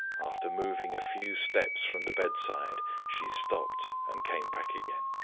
after moving a few steps from the bedside, she stopped, and came back again.